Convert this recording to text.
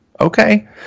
Okay